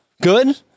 good